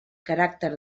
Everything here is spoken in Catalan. caràcter